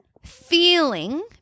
feeling